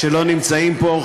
שלא נמצאים פה,